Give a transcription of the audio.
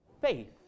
Faith